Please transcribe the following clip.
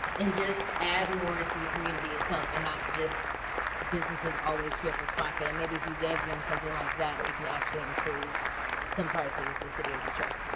and just add more to the community itself and not just businesses always here for profit. and maybe if you gave them something like that, it can actually improve some parts of the city of detroit.